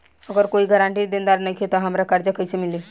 अगर कोई गारंटी देनदार नईखे त हमरा कर्जा कैसे मिली?